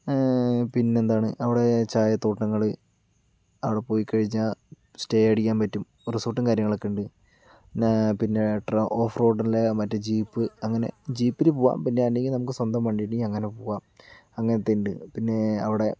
പിന്നെയെന്താണ് അവിടെ ചായത്തോട്ടങ്ങൾ അവിടെ പോയിക്കഴിഞ്ഞാൽ സ്റ്റേ അടിക്കാൻ പറ്റും റിസോർട്ടും കാര്യങ്ങളൊക്കെയുണ്ട് പിന്നെ ഓഫ്റോഡുള്ള മറ്റേ ജീപ്പ് അങ്ങനെ ജീപ്പിൽ പോകാം പിന്നെ അല്ലങ്കിൽ സ്വന്തം വണ്ടിയുണ്ടെങ്കിൽ അങ്ങനെ പോകാം അങ്ങനത്തെയുണ്ട് പിന്നെ അവിടെ